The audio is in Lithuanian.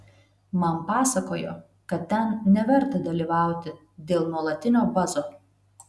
man pasakojo kad ten neverta dalyvauti dėl nuolatinio bazo